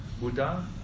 Buddha